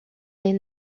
les